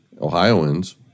Ohioans